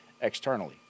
externally